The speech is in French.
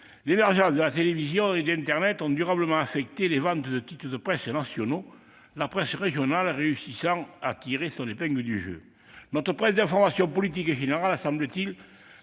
l'émergence de la télévision et d'internet a durablement affecté les ventes de titres de presse nationaux, la presse régionale réussissant à tirer son épingle du jeu. Notre presse d'information politique et générale a, semble-t-il,